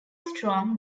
strong